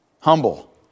Humble